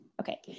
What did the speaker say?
Okay